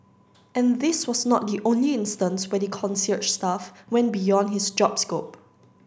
and this was not the only instance where the concierge staff went beyond his job scope